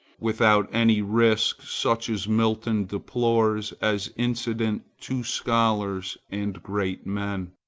without any risk such as milton deplores as incident to scholars and great men.